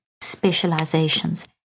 specializations